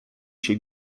się